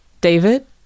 David